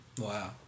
Wow